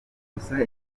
gusa